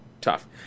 Tough